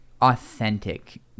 authentic